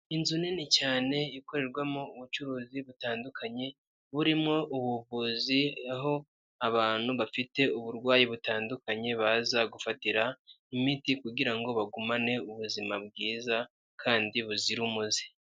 Inzu nini cyane ikorerwamo ubucuruzi butandukanye, burimo ubuvuzi aho abantu bafite uburwayi butandukanye baza gufatira imiti kugira ngo bagumane ubuzima bwiza kandi buzira umuze.